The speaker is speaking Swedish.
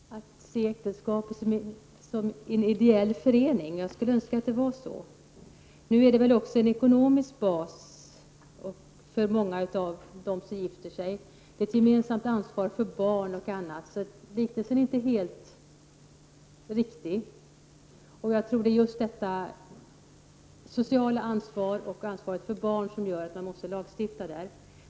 Herr talman! Det var en mycket intressant jämförelse, att se äktenskapet som en ideell förening. Jag skulle önska att det var så. Äktenskapet är dock också en ekonomisk bas för många av dem som gifter sig, med ett gemensamt ansvar för barn m.m. Därför är liknelsen inte helt riktig. Det är just det sociala ansvaret och ansvaret för barn som gör att det behövs en lagstiftning där.